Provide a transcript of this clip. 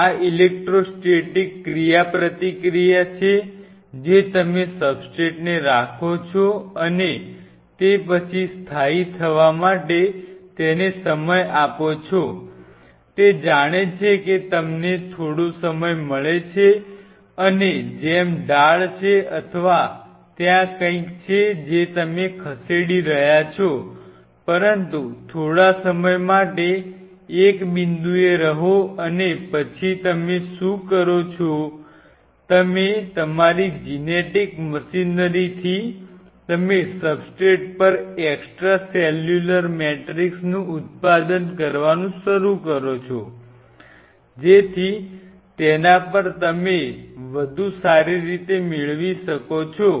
આ ઇલેક્ટ્રોસ્ટેટિક ક્રિયાપ્રતિક્રિયા છે જે તમે ઉત્પાદન કરવાનું શરૂ કરો છો જેથી તેના પર તમે વધુ સારી રીતે મેળવી શકો છો